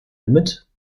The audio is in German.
limit